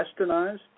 westernized